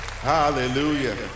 Hallelujah